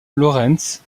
laurens